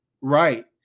right